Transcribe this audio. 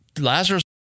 Lazarus